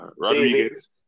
rodriguez